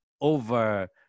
over